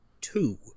two